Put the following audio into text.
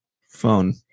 Phone